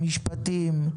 המשפטים,